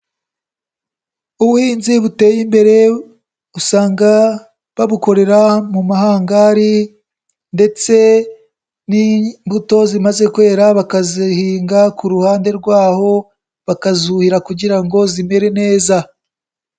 Ubuhinzi buteye imbere usanga babukorera mu mahangari ndetse n'imbuto zimaze kwera bakazihinga ku ruhande rwaho, bakazuhira kugira ngo zimere neza.